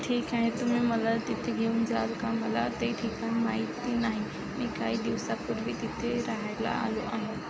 ठीक आहे तुम्ही मला तिथे घेऊन जाल का मला ते ठिकाण माहिती नाही मी काही दिवसांपूर्वी तिथे राहायला आलो आहे